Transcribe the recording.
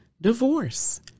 divorce